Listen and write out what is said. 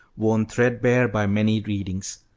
worn threadbare by many readings,